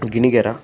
Ginigera